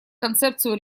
концепцию